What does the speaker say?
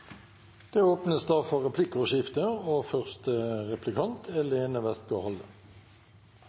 Det åpnes for replikkordskifte. Det er